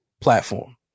platform